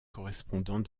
correspondant